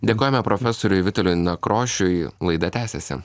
dėkojame profesoriui viktorui nakrošiui laida tęsiasi